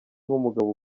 nk’umugabo